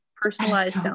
personalized